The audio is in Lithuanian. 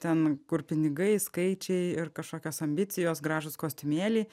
ten kur pinigai skaičiai ir kažkokios ambicijos gražūs kostiumėliai